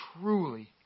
truly